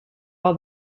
all